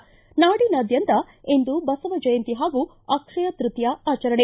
ಿ ನಾಡಿನಾದ್ಯಂತ ಇಂದು ಬಸವ ಜಯಂತಿ ಹಾಗೂ ಅಕ್ಷಯ ತೃತೀಯ ಆಚರಣೆ